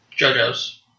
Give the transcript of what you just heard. JoJo's